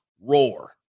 roar